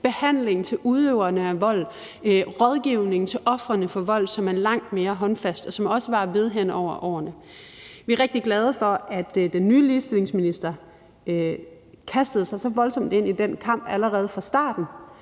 behandling til udøverne af vold, rådgivning til ofrene for vold, som er langt mere håndfast, og som også varer ved hen over årene. Vi er rigtig glade for, at den nye ligestillingsminister kastede sig så voldsomt ind i den kamp allerede fra starten.